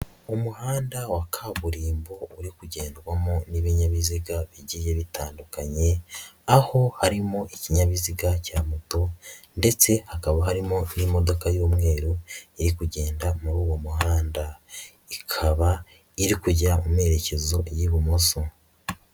Umuhanda wa kaburimbo uri kugendwamo n'ibinyabiziga bigiye bitandukanye, aho harimo ikinyabiziga cya moto ndetse hakaba harimo n'imodoka y'umweru iri kugenda muri uwo muhanda, ikaba iri kujya mu merekezo cy'ibumoso.